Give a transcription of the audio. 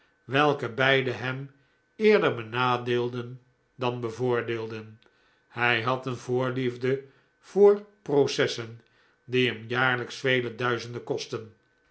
welke beide hem eerder benadeelden dan bevoordeelden hij had een voorliefde voor processen die hem jaarlijks vele duizenden kostten